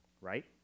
Right